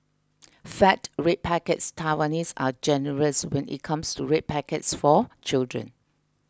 fat red packets Taiwanese are generous when it comes to red packets for children